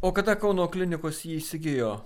o kada kauno klinikos jį įsigijo